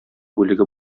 бүлеге